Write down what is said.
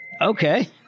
Okay